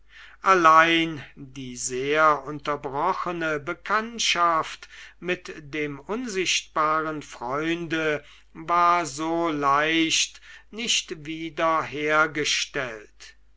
allein die sehr unterbrochene bekanntschaft mit dem unsichtbaren freunde war so leicht nicht wieder